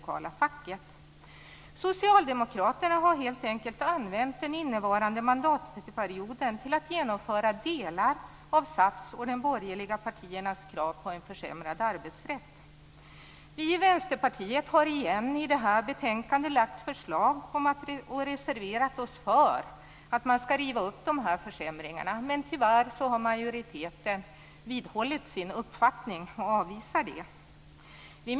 Socialdemokraterna har helt enkelt använt den innevarande mandatperioden till att genomföra delar av SAF:s och de borgerliga partiernas krav på en försämrad arbetsrätt. Vi i Vänsterpartiet lägger i detta betänkande återigen fram förslag och reserverar oss för att man skall riva upp beslut som fattats om de här försämringarna. Tyvärr vidhåller majoriteten sin uppfattning och avvisar våra förslag.